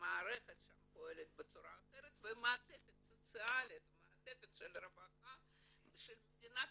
שם פועלת בצורה אחרת ומעטפת סוציאלית ושל הרווחה של מדינת